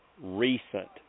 recent